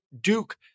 Duke